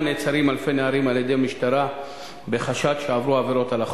נעצרים אלפי נערים על-ידי המשטרה בחשד שעברו עבירות על החוק.